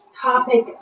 topic